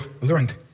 learned